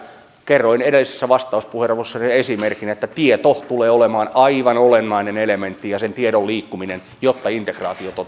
kerroin edellisessä vastauspuheenvuorossani esimerkin että tieto tulee olemaan aivan olennainen elementti ja sen tiedon liikkuminen jotta integraatio toteutuu